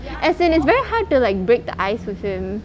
as in it's very hard to like break the ice with him